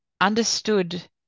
understood